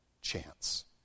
chance